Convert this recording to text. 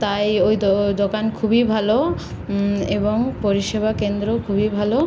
তাই ওই দো দোকান খুবই ভালো এবং পরিষেবা কেন্দ্র খুবই ভালো